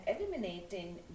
eliminating